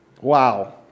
Wow